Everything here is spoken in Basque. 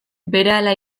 berehala